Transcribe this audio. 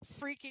freaking